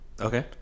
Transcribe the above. Okay